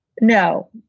No